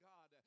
God